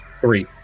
Three